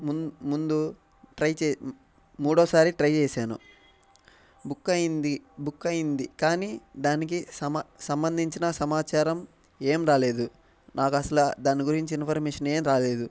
ముందు ట్రై మూడోసారి ట్రై చేశాను బుక్ అయ్యింది బుక్ అయ్యింది కానీ దానికి సమ సంబంధించిన సమాచారం ఏమి రాలేదు నాకు అసలు దాని గురించి ఇన్ఫార్మేషన్ ఏమి రాలేదు